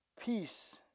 Peace